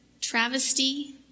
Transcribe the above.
travesty